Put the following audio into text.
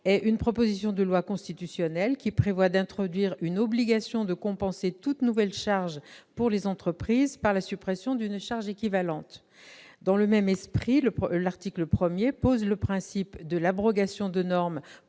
-et une proposition de loi constitutionnelle visant à introduire une obligation de compenser la création de toute nouvelle charge pour les entreprises par la suppression d'une charge équivalente. Dans le même esprit, l'article 1 du présent texte pose le principe de l'abrogation de normes